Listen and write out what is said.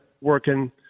working